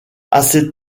assez